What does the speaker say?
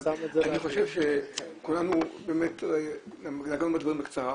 אני חושב שכולנו נגענו בדברים בקצרה,